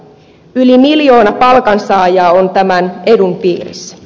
yli miljoona palkansaajaa on tämän edun piirissä